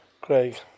Craig